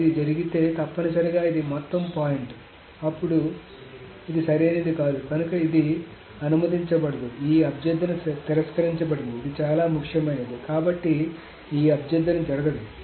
ఇది జరిగితే తప్పనిసరిగా ఇది మొత్తం పాయింట్ అప్పుడు ఇది సరైనది కాదు కనుక ఇది అనుమతించబడదు కాబట్టి ఈ అభ్యర్థన తిరస్కరించబడింది ఇది చాలా ముఖ్యమైనది కాబట్టి ఈ అభ్యర్థన జరగదు